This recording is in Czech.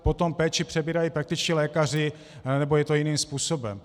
Potom péči přebírají praktičtí lékaři nebo je to jiným způsobem.